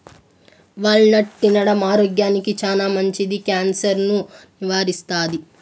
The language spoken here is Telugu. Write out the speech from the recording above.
వాల్ నట్ తినడం ఆరోగ్యానికి చానా మంచిది, క్యాన్సర్ ను నివారిస్తాది